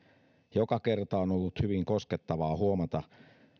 joka kerta on ollut hyvin koskettavaa huomata